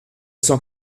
cent